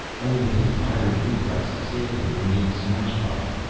only his pyrran reflexes saved him from being smashed by it.